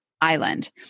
island